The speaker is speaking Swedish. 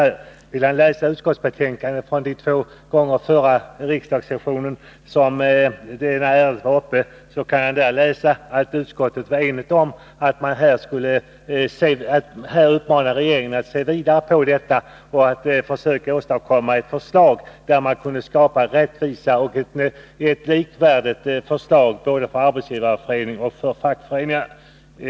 Om man läser utskottsbetänkandet från den förra riksdagssessionen — där ärendet var uppe två gånger — finner man att utskottet var enigt om att uppmana regeringen att se vidare på detta och försöka åstadkomma ett förslag som kunde skapa rättvisa och som var likvärdigt för både Arbetsgivareföreningen och fackföreningarna.